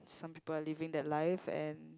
some people living that life and